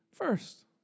first